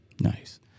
nice